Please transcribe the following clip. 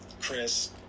Chris